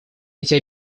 эти